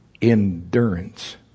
Endurance